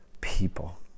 people